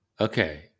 Okay